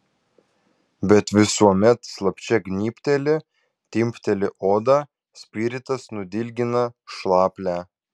bet visuomet slapčia gnybteli timpteli odą spiritas nudilgina šlaplę